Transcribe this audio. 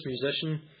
musician